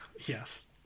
yes